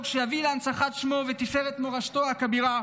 שיביא להנצחת שמו ותפארת מורשתו הכבירה,